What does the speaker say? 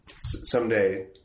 someday